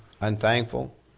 Unthankful